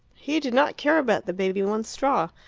he did not care about the baby one straw.